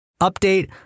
Update